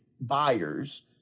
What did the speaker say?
buyers